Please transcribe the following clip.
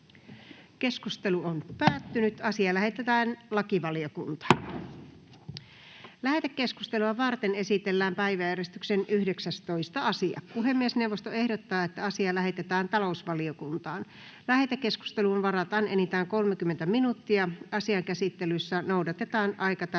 ja voimaansaattamiseksi Time: N/A Content: Lähetekeskustelua varten esitellään päiväjärjestyksen 9. asia. Puhemiesneuvosto ehdottaa, että asia lähetetään ulkoasiainvaliokuntaan. Lähetekeskusteluun varataan enintään 30 minuuttia. Asian käsittelyssä noudatetaan aikataulutettujen